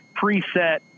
preset